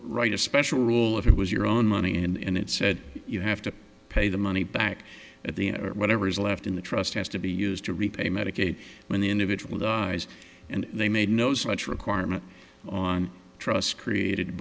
write a special rule if it was your own money and it said you have to pay the money back at the end whatever is left in the trust has to be used to repay medicaid when the individual guys and they made no such requirement on trust created